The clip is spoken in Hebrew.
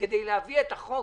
כדי להביא את החוק